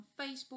Facebook